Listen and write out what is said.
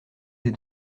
des